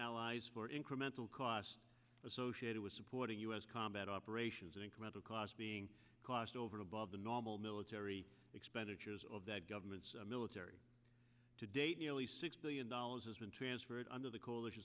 allies for incremental costs associated with supporting u s combat operations an incremental cost being cost over above the normal military expenditures of that government's military to date nearly six billion dollars has been transferred under the coalition